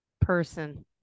person